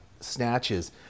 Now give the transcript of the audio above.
snatches